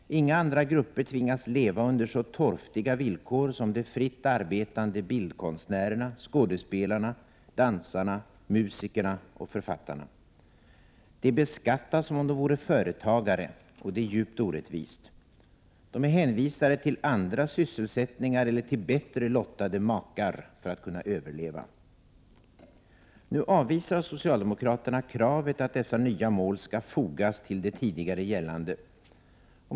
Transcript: Inga andra grupper tvingas leva under så torftiga villkor som de fritt arbetande bildkonstnärerna, skådespelarna, dansarna, musikerna och författarna. De beskattas som om de vore företagare, och det är djupt orättvist. De är hänvisade till andra sysselsättningar eller till bättre lottade makar för att kunna överleva. Nu avvisar socialdemokraterna kravet att dessa nya mål skall fogas till de tidigare gällande.